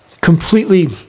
completely